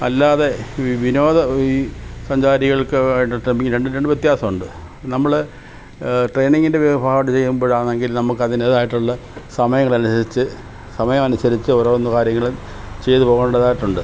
അല്ലാതെ വിനോദ സഞ്ചാരികൾക്ക് രണ്ടും തമ്മിൽ രണ്ടും രണ്ട് വ്യത്യാസമുണ്ട് നമ്മൾ ട്രെയിനിംഗിൻ്റെ ഒരുപാട് ചെയ്യുമ്പോഴാണെങ്കിൽ നമുക്ക് അതിൻ്റെതായിട്ടുള്ള സമയങ്ങൾ അനുസരിച്ച് സമയം അനുസരിച്ചു ഓരോന്ന് കാര്യങ്ങളും ചെയ്തു പോകേണ്ടതായിട്ടുണ്ട്